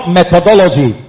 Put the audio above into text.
methodology